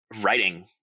writing